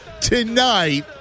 tonight